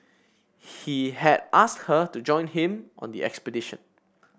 he had asked her to join him on the expedition